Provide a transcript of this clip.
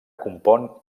compon